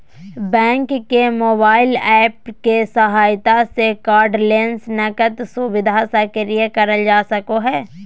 bank के mobile app के सहायता से कार्डलेस नकद सुविधा सक्रिय करल जा सको हय